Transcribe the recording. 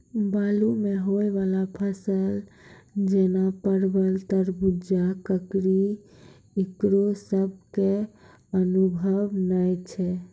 बालू मे होय वाला फसल जैना परबल, तरबूज, ककड़ी ईकरो सब के अनुभव नेय छै?